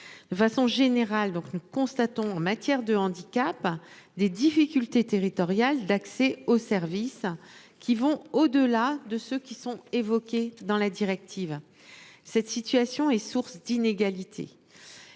De façon générale donc nous constatons en matière de handicap des difficultés territoriales d'accès aux services qui vont au-delà de ceux qui sont évoqués dans la directive. Cette situation est source d'inégalités.